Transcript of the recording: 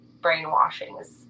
brainwashings